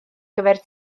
gyfer